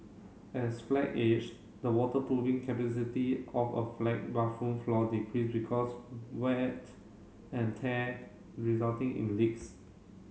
as flat age the waterproofing capacity of a flat bathroom floor decrease because wet and tear resulting in leaks